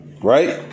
Right